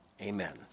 Amen